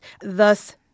thus